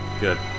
Good